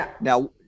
now